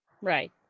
right